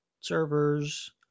servers